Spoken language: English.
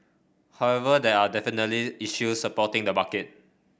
however there are definitely issues supporting the market